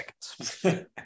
seconds